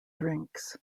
drinks